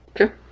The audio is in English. Okay